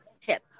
tip